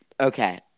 Okay